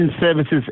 services